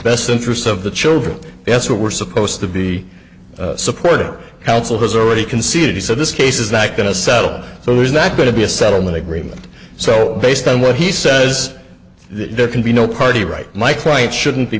best interests of the children that's what we're supposed to be supported or counsel has already conceded so this case is not going to settle so there's not going to be a settlement agreement so based on what he says there can be no party right my client shouldn't be